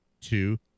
two